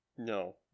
No